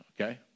Okay